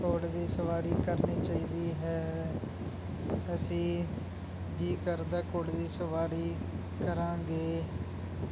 ਘੋੜੇ ਦੀ ਸਵਾਰੀ ਕਰਨੀ ਚਾਹੀਦੀ ਹੈ ਅਸੀਂ ਜੀਅ ਕਰਦਾ ਘੋੜੇ ਵੀ ਸਵਾਰੀ ਕਰਾਂਗੇ